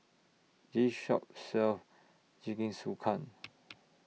This Shop sells Jingisukan